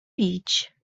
bić